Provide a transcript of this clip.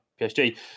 PSG